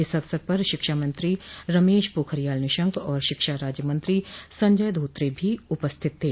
इस अवसर पर शिक्षामंत्री रमेश पोखरियल निशंक और शिक्षा राज्य मंत्री संजय धोत्रे भी उपस्थित थे